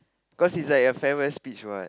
cause is like a farewell speech what